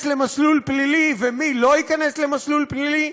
למסלול פלילי ומי לא ייכנס למסלול פלילי?